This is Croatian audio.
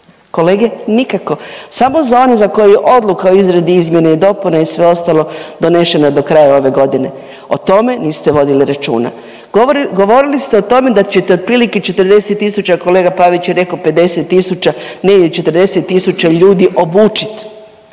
kolege nikako. Samo sa one za koje odluka o izradi izmjena i dopuna i sve ostalo donešena do kraja ove godine, o tome niste vodili računa. Govorili ste o tome da ćete otprilike 40.000 kolega Pavić je rekao 50.000 negdje 40.000 ljudi obučit,